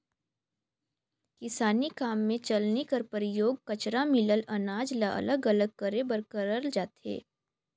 किसानी काम मे चलनी कर परियोग कचरा मिलल अनाज ल अलग अलग करे बर करल जाथे